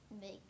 Make